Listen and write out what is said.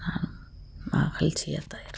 நான் மகிழ்ச்சியாதான் இருக்கேன்